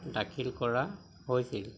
দাখিল কৰা হৈছিল